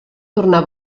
tornar